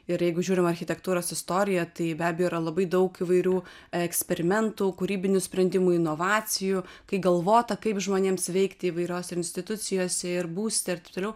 ir jeigu žiūrim architektūros istoriją tai be abejo yra labai daug įvairių eksperimentų kūrybinių sprendimų inovacijų kai galvota kaip žmonėms veikti įvairiose institucijose ir būste ir taip toliau